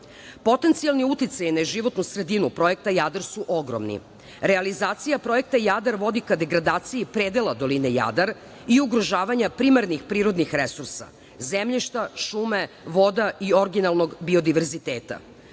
Tinto. Potencijalni uticaj na životnu sredinu projekta „Jadar“ su ogromni realizacija projekta „Jadar“ vodi ka degradaciji predela doline Jadar i ugrožavanja primarnih prirodnih resursa, zemljišta, šume, voda i originalnog biodiverziteta.